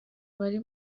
bari